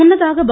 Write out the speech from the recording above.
முன்னதாக ப